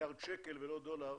מיליארד שקל ולא דולר,